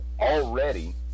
already